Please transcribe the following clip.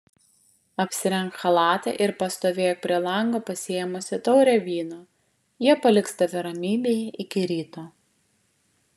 apsirenk chalatą ir pastovėk prie lango pasiėmusi taurę vyno jie paliks tave ramybėje iki ryto